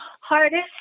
hardest